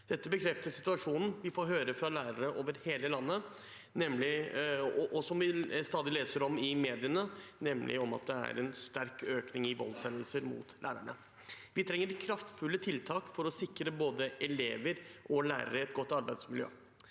Dette bekrefter situasjonen vi får høre om fra lærere over hele landet, og som vi stadig leser om i mediene, nemlig at det er en sterk økning i voldshendelser mot lærerne. Vi trenger kraftfulle tiltak for å sikre både elever og lærere et godt arbeidsmiljø.